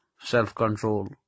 self-control